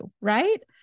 right